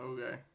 Okay